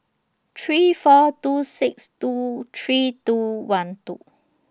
three four two six two three two one two